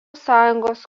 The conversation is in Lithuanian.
sąjungos